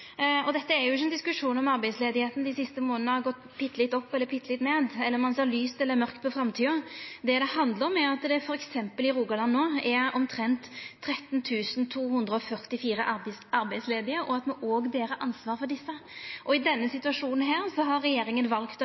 Dette er ikkje ein diskusjon om arbeidsløysa dei siste månadene har gått pitte litt opp eller pitte litt ned, eller om ein ser lyst eller mørkt på framtida. Det det handlar om, er at det f.eks. i Rogaland no er omtrent 13 244 arbeidslause, og at me òg ber ansvaret for desse. I denne situasjonen har regjeringa valt å